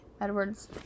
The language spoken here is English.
Edward's